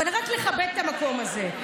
רק לכבד את המקום הזה.